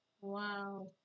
Wow